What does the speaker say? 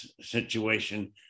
situation